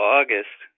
August